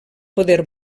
poder